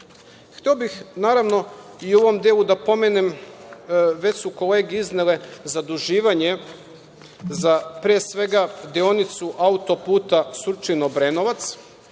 bih, naravno, i u ovom delu da pomenem, već su kolege iznele, zaduživanje za, pre svega, deonicu autoputa Surčin-Obrenovac.